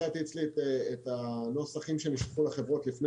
מצאתי אצלי את הנוסחים שנשלחו לחברות לפני